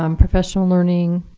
um professional learning,